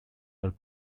are